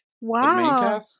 Wow